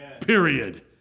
Period